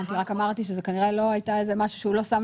אמרתי רק שזה כנראה לא היה משהו שנעשה